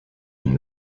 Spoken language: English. and